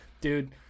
Dude